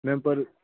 ma'am ਪਰ